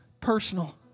personal